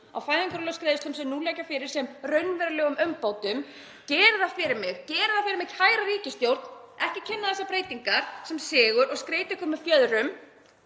á fæðingarorlofsgreiðslum sem nú liggja fyrir sem raunverulegum umbótum. Gerið það fyrir mig, gerið það fyrir mig, kæra ríkisstjórn, ekki kynna þessar breytingar sem sigur og skreyta ykkur með fjöðrum